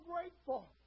grateful